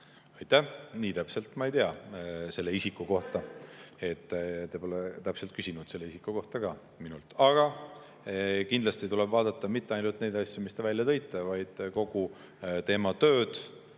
Aitäh! Nii täpselt ma ei tea selle isiku kohta. Te pole täpselt küsinud selle isiku kohta ka minult. Aga kindlasti tuleb vaadata mitte ainult neid asju, mis te välja tõite, vaid kogu tema tööd.